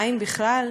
מים בכלל,